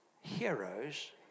heroes